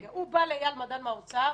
הוא בא לאיל מידן מהאוצר,